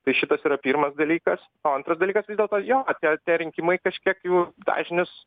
tai šitas yra pirmas dalykas o antras dalykas vis dėlto jo atėjo tie rinkimai kažkiek jų dažnis